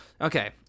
okay